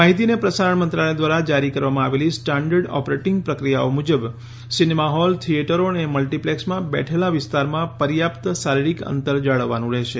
માહિતી અને પ્રસારણ મંત્રાલય દ્વારા જારી કરવામાં આવેલી સ્ટાન્ડર્ડ ઑપરેટિંગ પ્રક્રિયાઓ મુજબ સિનેમા હોલ થિચેટરો અને મલ્ટીપ્લેક્સમાં બેઠેલા વિસ્તારમાં પર્યાપ્ત શારીરિક અંતર જાળવવાનું છે